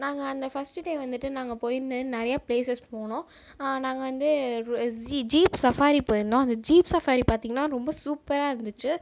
நாங்கள் அந்த first day வந்துட்டு நான் அங்கே போயிருந்தேன் நிறைய ப்ளேஸஸ் போனோம் நாங்கள் வந்து ஸி ஜீப் சஃபாரி போயிருந்தோம் அந்த ஜீப் சஃபாரி வந்து பார்த்தீங்கன்னா ரொம்ப சூப்பராக இருந்துச்சு